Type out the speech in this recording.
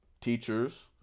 teachers